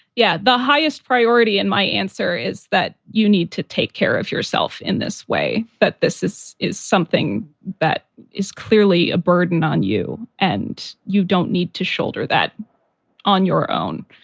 yeah. the highest priority in my answer is that you need to take care of yourself in this way, but that this is something that is clearly a burden on you and you don't need to shoulder that on your own